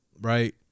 Right